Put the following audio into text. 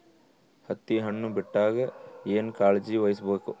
ಹತ್ತಿ ಹಣ್ಣು ಬಿಟ್ಟಾಗ ಏನ ಕಾಳಜಿ ವಹಿಸ ಬೇಕು?